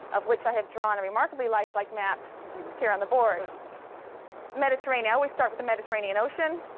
of which i have drawn a remarkably life-like map here on the board mediterranean, i always start with the mediterranean ocean,